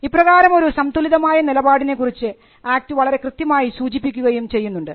ഇപ്രകാരമൊരു സംതുലിതമായ നിലപാടിനെ കുറിച്ച് ആക്ട് വളരെ കൃത്യമായി സൂചിപ്പിക്കുകയും ചെയ്യുന്നുണ്ട്